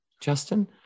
Justin